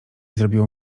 zrobiło